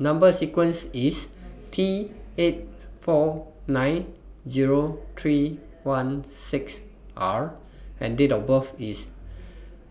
Number sequence IS T eight four nine Zero three one six R and Date of birth IS